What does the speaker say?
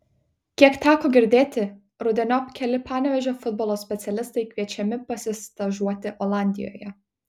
kiek teko girdėti rudeniop keli panevėžio futbolo specialistai kviečiami pasistažuoti olandijoje